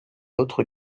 autre